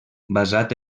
basat